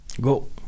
Go